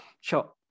sure